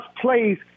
plays